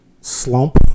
slump